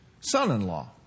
son-in-law